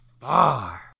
Far